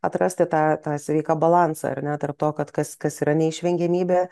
atrasti tą tą sveiką balansą ar ne tarp to kad kas kas yra neišvengiamybė